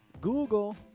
Google